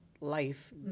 life